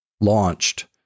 launched